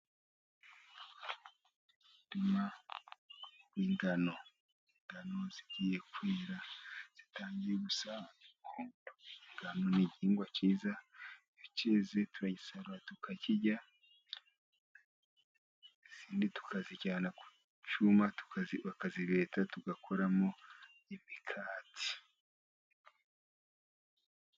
Umurima w'ingano, ingano zigiye kwera zitangiye gusa n'umuhondo , ingano n'igihingwa cyiza iyocyeze turagisarura tukakirya, izindi tukazijyana ku cyuma bakazibeta tugakoramo imikati.